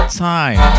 time